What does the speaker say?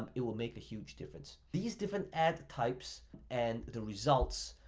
it will make a huge difference. these different ad types and the results,